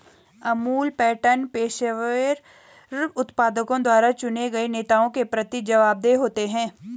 Amul pattern पेशेवर उत्पादकों द्वारा चुने गए नेताओं के प्रति जवाबदेह होते हैं